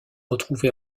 retrouvé